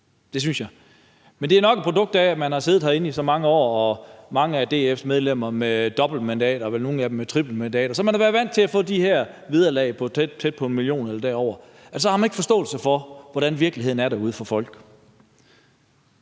Det synes jeg. Men det er nok et produkt af, at man har siddet herinde i så mange år, og mange af DF's medlemmer har siddet på et dobbeltmandat og vel nogle af dem på et trippelmandat. Så man har været vant til at få de her vederlag tæt på 1 mio. kr. eller derover, og så har man ikke forståelse for, hvordan virkeligheden er for folk